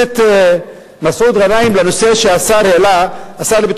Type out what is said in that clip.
יש תמיד איזה משפט שאומרים גם השר לביטחון